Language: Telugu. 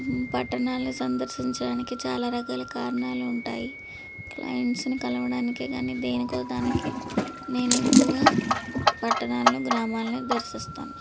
పట్టణాలను సందర్శించడానికి చాలా రకాల కారణాలు ఉంటాయి క్లైంట్స్ని కలవడానికి కాని దేనికో దానికి నేను ఎక్కువగా పట్టణాలను గ్రామాలను దర్శిస్తాను